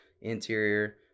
interior